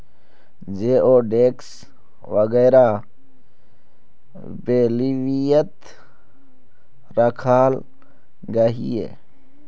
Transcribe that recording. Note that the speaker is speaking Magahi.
जिओडेक्स वगैरह बेल्वियात राखाल गहिये